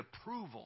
approval